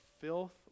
filth